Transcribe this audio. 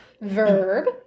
Verb